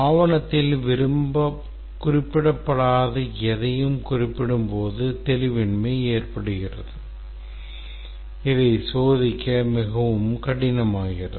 ஆவணத்தில் குறிப்பிடப்படாத எதையும் குறிப்பிடும்போது தெளிவின்மை ஏற்படுகிறது இதை சோதிக்க மிகவும் கடினமாகிறது